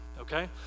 okay